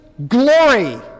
Glory